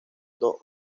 dos